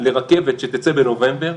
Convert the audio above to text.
לרכבת שתצא בנובמבר,